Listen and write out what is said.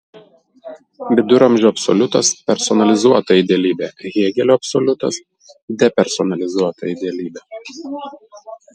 viduramžių absoliutas personalizuota idealybė hėgelio absoliutas depersonalizuota idealybė